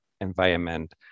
environment